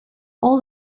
all